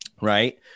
Right